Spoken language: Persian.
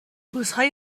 روزهای